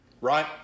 right